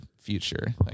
future